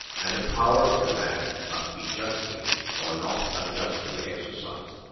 and the power of command must be justly or not unjustly exercised.